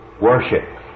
worship